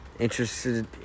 Interested